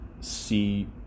see